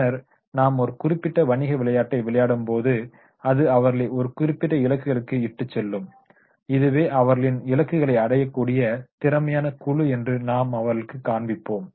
பின்னர் நாம் ஒரு குறிப்பிட்ட வணிக விளையாட்டை விளையாடும் போது அது அவர்களை ஒரு குறிப்பிட்ட இலக்குகளுக்கு இட்டுச்செல்லும் இதுவே அவர்களின் இலக்குகளை அடையக்கூடிய திறமையான குழு என்று நாம் அவர்களுக்கு காண்பிப்போம்